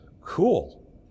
Cool